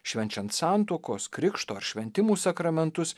švenčiant santuokos krikšto ar šventimų sakramentus